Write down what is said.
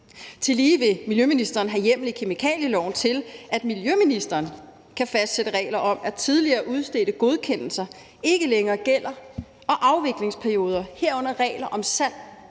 Tillige vil miljøministeren have hjemmel i kemikalieloven til, at miljøministeren kan fastsætte regler om, at tidligere udstedte godkendelser ikke længere gælder, og om afviklingsperioder, herunder regler om salg,